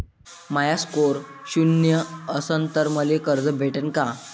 माया score शून्य असन तर मले कर्ज भेटन का?